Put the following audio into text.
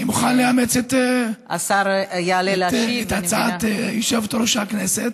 אני מוכן לאמץ את הצעת יושבת-ראש הכנסת.